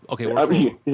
Okay